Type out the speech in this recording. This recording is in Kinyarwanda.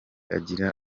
agira